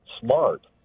smart